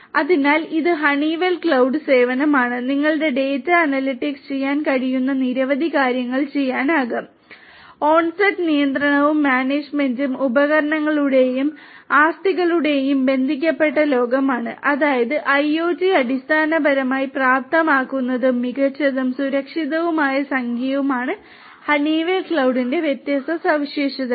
അതിനാൽ ഇത് Honeywell cloud സേവനമാണ് നിങ്ങൾക്ക് ഡാറ്റ അനലിറ്റിക്സ് ചെയ്യാൻ കഴിയുന്ന നിരവധി കാര്യങ്ങൾ ചെയ്യാനാകും ഓൺസൈറ്റ് നിയന്ത്രണവും മാനേജ്മെന്റും ഉപകരണങ്ങളുടെയും ആസ്തികളുടെയും ബന്ധിപ്പിക്കപ്പെട്ട ലോകമാണ് അതായത് IoT അടിസ്ഥാനപരമായി പ്രാപ്തമാക്കുന്നതും മികച്ചതും സുരക്ഷിതവുമായ സഖ്യവുമാണ് ഹണിവെൽ ക്ലൌഡിന്റെ വ്യത്യസ്ത സവിശേഷതകൾ